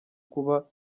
kuba